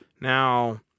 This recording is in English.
Now